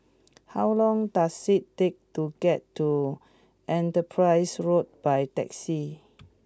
how long does it take to get to Enterprise Road by taxi